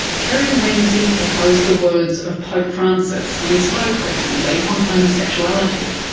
kerry wensing echoes the words of pope francis, when he spoke recently on homosexuality.